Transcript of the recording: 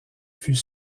fut